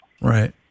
Right